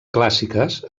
clàssiques